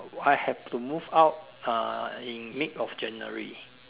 I have to move out uh in mid of January